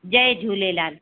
Jay Jhulelal